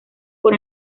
por